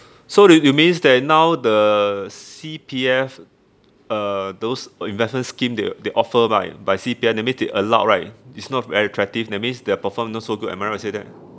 so they you means that now the C_P_F uh those investment scheme they they offer by by C_P_F that means they allowed right it's not very attractive that means they perform not so good am I right to say that